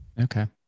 Okay